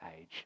age